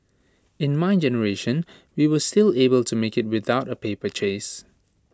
in my generation we were still able to make IT without A paper chase